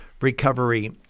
recovery